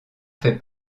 fait